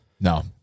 No